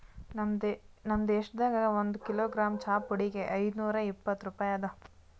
ನಮ್ ದೇಶದಾಗ್ ಒಂದು ಕಿಲೋಗ್ರಾಮ್ ಚಹಾ ಪುಡಿಗ್ ಐದು ನೂರಾ ಇಪ್ಪತ್ತು ರೂಪಾಯಿ ಅದಾ